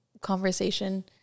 conversation